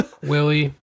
Willie